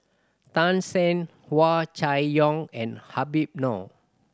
Tan Shen Hua Chai Yong and Habib Noh